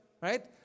Right